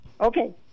Okay